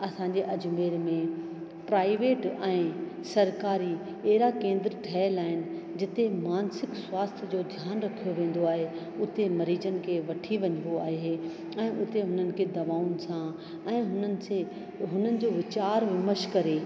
असांजे अजमेर में प्राइवेट ऐं सरकारी अहिड़ा केंद्र ठहियलु आहिनि जिते मानसिक स्वास्थ्य जो ध्यानु रखियो वेंदो आहे उते मरीज़नि खे वठी वञिबो आहे ऐं उते उन्हनि खे दवाउनि सां ऐं हुननि से हुननि जो वीचार विमश करे